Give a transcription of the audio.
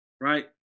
right